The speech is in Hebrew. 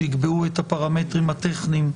שיקבעו את הפרמטרים הטכניים,